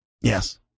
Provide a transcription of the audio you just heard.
Yes